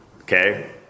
Okay